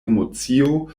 emocio